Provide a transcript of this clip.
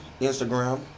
Instagram